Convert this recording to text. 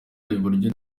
iburyo